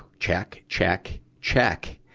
check, check, check!